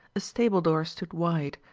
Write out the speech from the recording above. a stable-door stood wide,